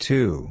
Two